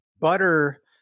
butter